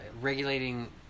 regulating